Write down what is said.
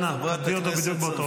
אנא, כבדי אותו בדיוק באותו אופן.